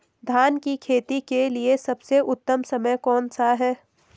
धान की खेती के लिए सबसे उत्तम समय कौनसा है?